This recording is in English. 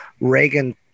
Reagan